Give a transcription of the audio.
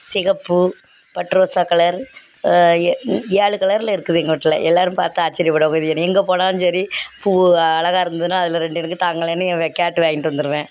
சிகப்பு பட்டு ரோசா கலர் ஏ ஏழு கலரில் இருக்குது எங்கள் வீட்டில் எல்லோரும் பார்த்து ஆச்சரியப்படுவாங்க இது என்னை எங்கே போனாலும் சரி பூவு அழகா இருந்துதுன்னால் அதில் ரெண்டு எனக்கு தாங்களேன்னு ஏ வே கேட்டு வாங்கிட்டு வந்துடுவேன்